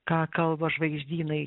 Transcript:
ką kalba žvaigždynai